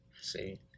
see